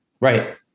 Right